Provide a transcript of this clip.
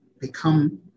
become